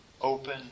open